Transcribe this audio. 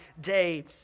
day